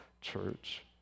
church